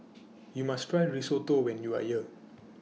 YOU must Try Risotto when YOU Are here